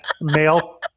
male